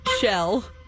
shell